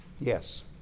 Yes